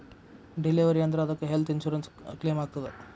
Delivery ಆದ್ರ ಅದಕ್ಕ health insurance ಕ್ಲೇಮಾಗ್ತದ?